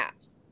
apps